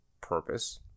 purpose